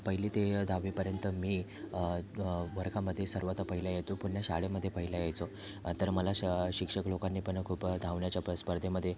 पहिली ते दहावीपर्यंत मी वर्गामध्ये सर्वात पहिला यायचो पूर्ण शाळेमध्ये पहिला यायचो तर मला शिक्षक लोकांनी पण खूप धावण्याच्या प स्पर्धेमध्ये